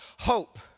hope